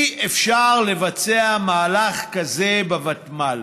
אי-אפשר לבצע מהלך כזה בוותמ"ל.